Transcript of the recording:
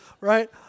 right